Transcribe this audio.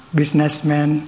businessmen